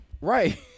Right